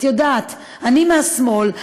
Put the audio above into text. את יודעת: אני מהשמאל,